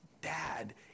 dad